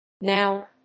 Now